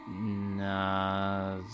nah